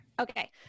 Okay